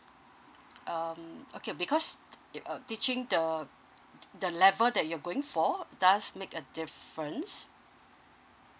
um okay because uh teaching the the level that you're going for does make a difference